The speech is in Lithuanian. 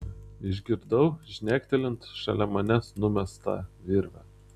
išgirdau žnektelint šalia manęs numestą virvę